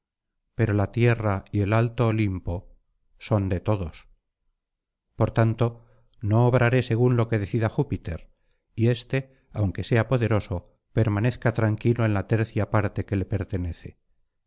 pero la tierra y el alto olimpo son de todos por tanto no obraré según lo decida júpiter y éste aunque sea poderoso permanezca tranquilo en la tercia parte que le pertenece